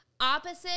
Opposite